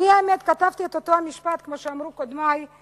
האמת היא שכתבתי את אותו משפט כמו שאמרו קודמי: